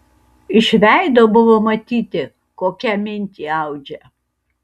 iš veido buvo matyti kokią mintį audžia